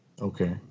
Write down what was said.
Okay